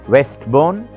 Westbourne